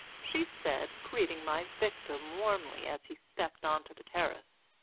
she said, greeting my victim warmly as he stepped on to the terrace.